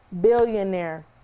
billionaire